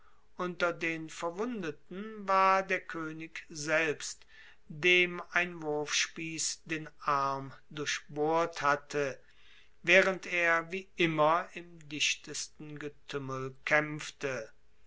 unter den verwundeten war der koenig selbst dem ein wurfspiess den arm durchbohrt hatte waehrend er wie immer im dichtesten getuemmel kaempfte